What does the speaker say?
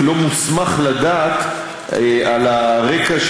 לא מוסמך לדעת על הרקע